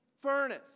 furnace